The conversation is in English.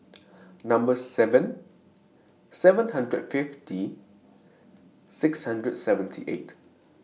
Number seven seven hundred fifty six hundred seventy eight